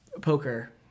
poker